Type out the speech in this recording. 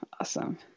awesome